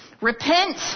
repent